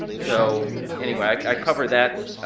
so anyway, i cover that